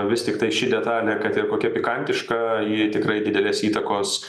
vis tiktai ši detalė kad ir kokia pikantiška ji tikrai didelės įtakos